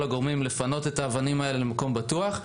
הגורמים לפנות את האבנים האלה למקום בטוח.